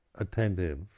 attentive